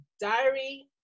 Diary